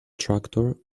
tractor